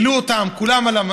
העלו אותם, את כולם.